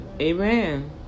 Amen